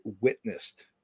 witnessed